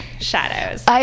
shadows